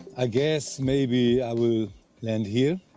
i guess, maybe, i will land here.